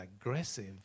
aggressive